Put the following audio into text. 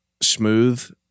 smooth